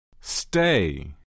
stay